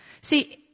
See